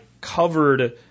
covered –